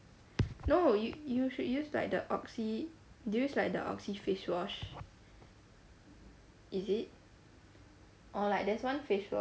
no y~ you should use like the oxy do you use like the oxy face wash is it or like there's one facial